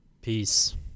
Peace